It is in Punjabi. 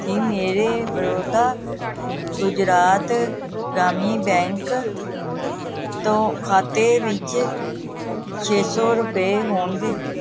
ਕੀ ਮੇਰੇ ਬੜੌਦਾ ਗੁਜਰਾਤ ਗ੍ਰਾਮੀਣ ਬੈਂਕ ਤੋਂ ਖਾਤੇ ਵਿੱਚ ਛੇ ਸੌ ਰੁਪਏ ਹੋਣਗੇ